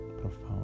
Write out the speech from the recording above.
profound